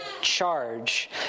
charge